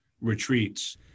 retreats